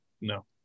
no